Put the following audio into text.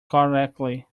correctly